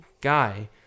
guy